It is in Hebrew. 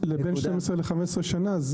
לבין 12 ל-15 שנה,